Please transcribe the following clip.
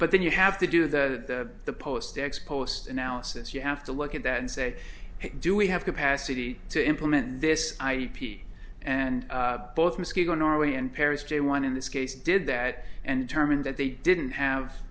but then you have to do that the post x post analysis you have to look at that and say do we have capacity to implement this i a p and both mosquito norway in paris day one in this case did that and internment that they didn't have